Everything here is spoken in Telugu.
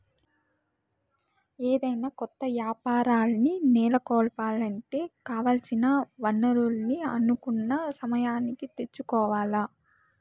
ఏదైనా కొత్త యాపారాల్ని నెలకొలపాలంటే కావాల్సిన వనరుల్ని అనుకున్న సమయానికి తెచ్చుకోవాల్ల